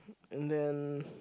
and then